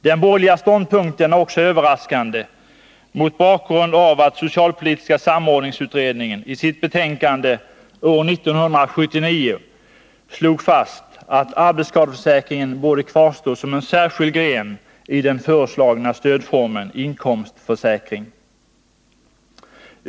Den borgerliga ståndpunkten är också överraskande mot bakgrund av att socialpolitiska samordningsutredningen i sitt betänkande år 1979 slog fast att arbetsskadeförsäkringen borde kvarstå som en särskild gren i den föreslagna stödformen inkomstförsäkring.